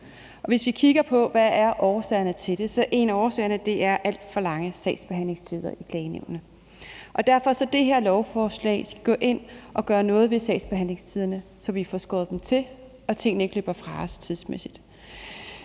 Hvis vi kigger på, hvad årsagerne til det er, så er en af årsagerne alt for lange sagsbehandlingstider i klagenævnene, og derfor skal det her lovforslag gå ind at gøre noget ved sagsbehandlingstiderne, så vi får skåret dem til og tingene ikke løber fra os tidsmæssigt.